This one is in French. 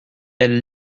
elle